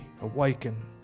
awaken